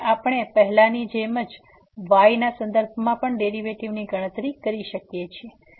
હવે આપણે પહેલાંની જેમ y ના સંદર્ભમાં પણ ડેરીવેટીવની ગણતરી કરી શકીએ છીએ